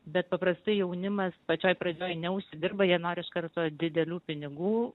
bet paprastai jaunimas pačioj pradžioj neužsidirba jie nori iš karto didelių pinigų